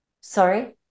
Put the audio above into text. Sorry